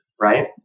right